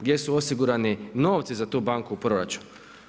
Gdje su osigurani novci za tu banku u proračunu?